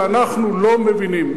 ואנחנו לא מבינים.